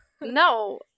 No